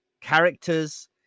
characters